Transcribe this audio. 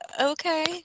Okay